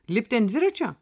lipti ant dviračio